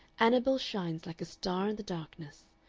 annabel shines like a star in the darkness,